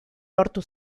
lortu